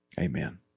Amen